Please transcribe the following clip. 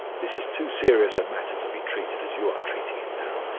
this is too serious a matter to be treated as you are treating it now.